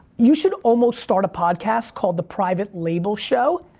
you should almost start a podcast called the private label show,